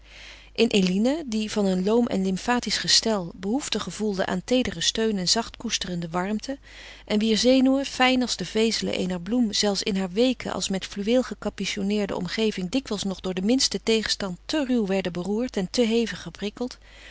in eline die van een loom en lymfatisch gestel behoefte gevoelde aan teederen steun en zachtkoesterende warmte en wier zenuwen fijn als de vezelen eener bloem zelfs in hare weeke als met fluweel gecapitonneerde omgeving dikwijls nog door den minsten tegenstand te ruw werden beroerd en te hevig geprikkeld